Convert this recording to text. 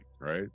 right